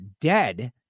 dead